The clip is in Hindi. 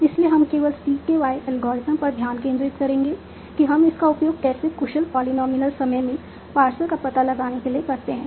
इसलिए हम केवल CKY एल्गोरिथ्म पर ध्यान केंद्रित करेंगे कि हम इसका उपयोग कैसे कुशल पॉलिनॉमियल समय में पार्सर का पता लगाने के लिए करते हैं